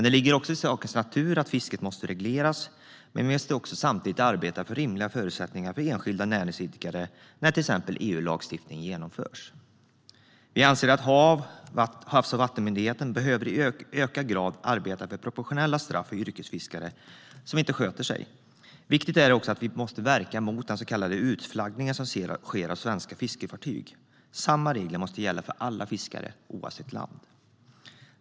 Det ligger i sakens natur att fisket måste regleras, men vi måste samtidigt arbeta för rimliga förutsättningar för enskilda näringsidkare när till exempel EU-lagstiftning genomförs. Vi anser att HaV, Havs och vattenmyndigheten, i utökad grad behöver arbeta för proportionella straff för yrkesfiskare som inte sköter sig. Det är också viktigt att vi verkar mot den så kallade utflaggningen av svenska fiskefartyg. Samma regler måste gälla för alla fiskare, oavsett land.